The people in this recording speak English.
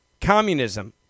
Communism